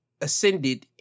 ascended